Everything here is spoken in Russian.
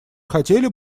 хотели